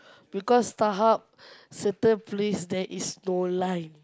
because StarHub certain place there is no line